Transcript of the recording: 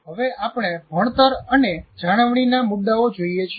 હવે આપણે ભણતર અને જાળવણીના મુદ્દાઓ જોઈએ છીએ